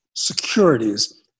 Securities